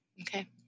Okay